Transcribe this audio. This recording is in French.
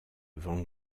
van